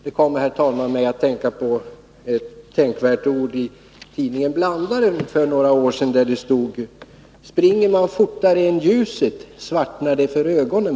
Det kommer mig, herr talman, att tänka på vad som stod i tidningen Blandaren för några år sedan: Springer man fortare än ljuset, svartnar det för ögonen.